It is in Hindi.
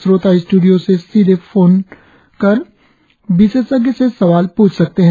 श्रोता स्टूडियो में सीधे फोन कर विशेषज्ञ से सवाल पूछ सकते हैं